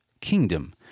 kingdom